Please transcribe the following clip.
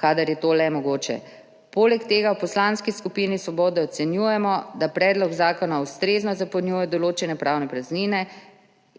kadar je to le mogoče. Poleg tega v Poslanski skupini Svoboda ocenjujemo, da predlog zakona ustrezno zapolnjuje določene pravne praznine